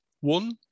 One